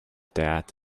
that